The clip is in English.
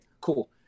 cool